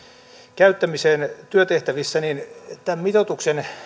käyttämiseen työtehtävissä niin tämän mitoituksen